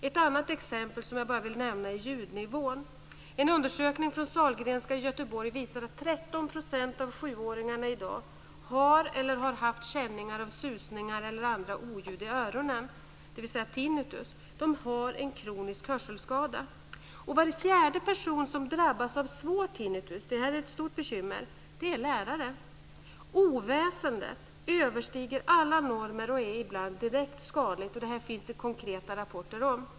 Ett annat exempel som jag bara vill nämna är ljudnivån. En undersökning från åringarna i dag har eller har haft känningar av susningar och andra oljud i öronen, dvs. tinnitus. De har en kronisk hörselskada. Var fjärde person som drabbas av svår tinnitus, det är ett stort bekymmer, är lärare. Oväsendet överstiger alla normer och är ibland direkt skadligt. Det här finns det konkreta rapporter om.